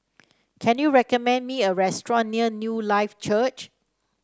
can you recommend me a restaurant near Newlife Church